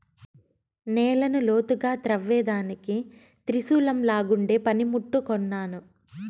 నేలను లోతుగా త్రవ్వేదానికి త్రిశూలంలాగుండే పని ముట్టు కొన్నాను